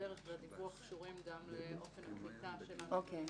והדיווח קשורים גם לאופן הקליטה של הנתונים במערכת.